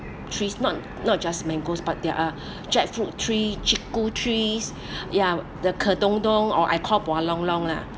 trees not not just mangoes but there are jackfruit tree chiku trees ya the ke dong dong or I call buah long long lah